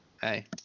Hey